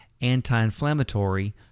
anti-inflammatory